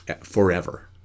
Forever